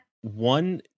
one